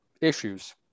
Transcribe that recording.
issues